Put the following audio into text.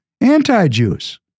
Anti-Jews